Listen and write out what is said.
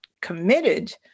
committed